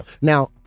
Now